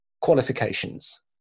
qualifications